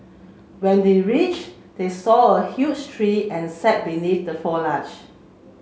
when they reach they saw a huge tree and sat beneath the foliage